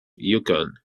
yukon